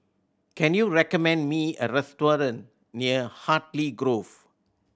can you recommend me a restaurant near Hartley Grove